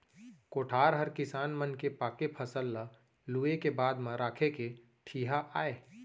कोठार हर किसान मन के पाके फसल ल लूए के बाद म राखे के ठिहा आय